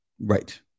Right